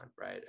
right